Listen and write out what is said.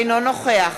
אינו נוכח